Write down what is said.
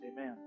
amen